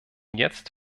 jetzt